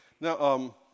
Now